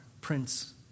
Prince